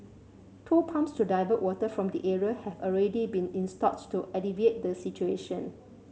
two pumps to divert water from the area have already been installed to alleviate the situation